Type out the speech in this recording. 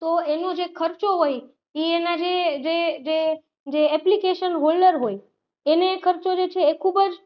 તો એનો જે ખર્ચો હોય એ એના જે જે જે એપ્લિકેશન હોલ્ડર હોય એને એ ખર્ચો જે છે એ ખૂબ જ